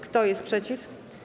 Kto jest przeciw?